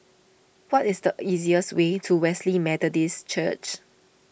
what is the easiest way to Wesley Methodist Church